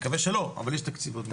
נקווה שלא-אבל יש תקציב עוד מעט.